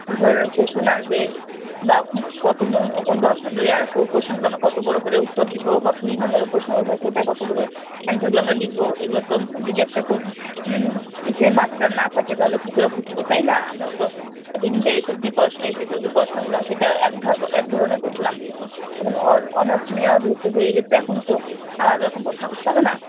কি ধরনের কোশ্চেন আসবে বা কতো দশ নম্বরের কোশ্চেনগুলো আমরা কতো বড়ো করে উত্তর দিবো বা কুড়ি নম্বরের প্রশ্ন আসলে সেটায় কতো বড়ো অ্যানসারগুলো আমরা লিখবো এগুলো তো যদি একটা কো ইসে মাস্টার না থাকে তাহলে কী করে বুঝবো তাই না আমরা তো এমনিতে এইচ এস অব্দি পড়াশুনা এইচ এস অব্দি পড়াশুনা করলাম সেটা এক এক ধরনের পড়লাম এখন অনার্স নেওয়া যেহেতু হয়ে গেছে এখন তো আলাদা রকম পড়াশুনা করতে হবে না